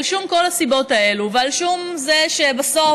על שום כל הסיבות האלה, ועל שום זה שבסוף,